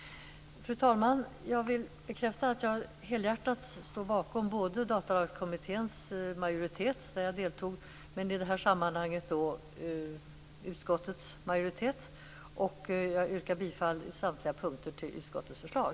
Fru talman! Jag vill bekräfta att jag helhjärtat står bakom både Datalagskommitténs majoritet, där jag deltog, och i det här sammanhanget utskottets majoritet. Jag yrkar på samtliga punkter bifall till utskottets förslag.